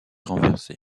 renversé